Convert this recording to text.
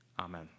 amen